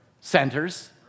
centers